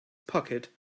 pocket